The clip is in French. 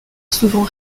souvent